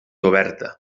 oberta